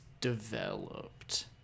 developed